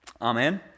Amen